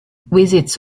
visits